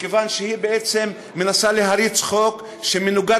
מכיוון שהיא בעצם מנסה להריץ חוק שמנוגד